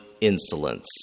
insolence